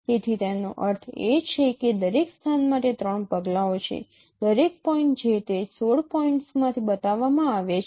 તેથી તેનો અર્થ એ છે કે દરેક સ્થાન માટે 3 પગલાઓ છે દરેક પોઈન્ટ જે તે 16 પોઇન્ટ્સમાંથી બતાવવામાં આવે છે